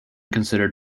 considered